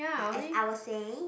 ya as I was saying